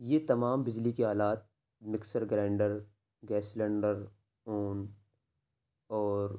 یہ تمام بجلی کے آلات mixer grinder gas cylinder oven اور